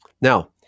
Now